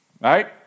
right